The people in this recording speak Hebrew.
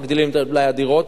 מגדילים את מלאי הדירות,